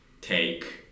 take